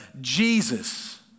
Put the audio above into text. Jesus